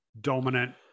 dominant